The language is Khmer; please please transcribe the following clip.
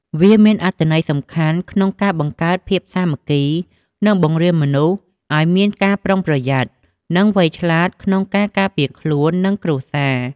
វាមានអត្ថន័យសំខាន់ក្នុងការបង្កើតភាពសាមគ្គី និងបង្រៀនមនុស្សឱ្យមានការប្រុងប្រយ័ត្ន និងវៃឆ្លាតក្នុងការការពារខ្លួន និងគ្រួសារ។